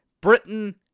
Britain